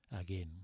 again